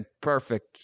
perfect